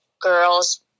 girls